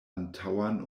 antaŭan